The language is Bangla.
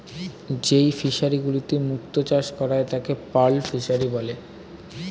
যেই ফিশারি গুলিতে মুক্ত চাষ করা হয় তাকে পার্ল ফিসারী বলে